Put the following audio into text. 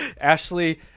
Ashley